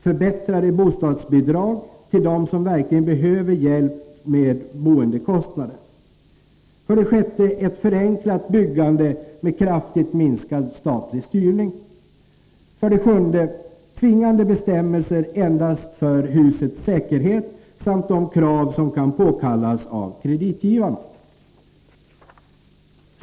Förbättrade bostadsbidrag till dem som verkligen behöver hjälp med boendekostnaden. 7. Tvingande bestämmelser endast för husets säkerhet samt de krav som kan påkallas av kreditgivarna.